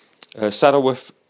Saddleworth